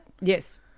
Yes